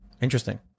interesting